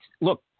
look